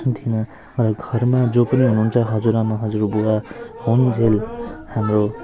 दिन र घरमा जो पनि हुन्छ हजुरआमा हजुरबुबा होउन्जेल हाम्रो